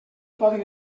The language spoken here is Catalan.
poden